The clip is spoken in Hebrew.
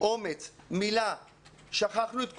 אומץ, שכחנו את כולם.